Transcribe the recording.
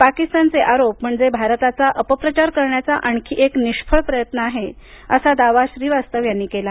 पाकिस्तानचे आरोप म्हणजे भारताचा अपप्रचार करण्याचा आणखी एक निष्फळ प्रयत्न आहे असा दावा श्रीवास्तव यांनी केला